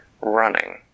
running